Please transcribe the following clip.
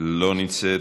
לא נמצאת,